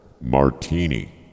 martini